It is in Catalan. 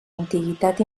antiguitat